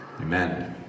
Amen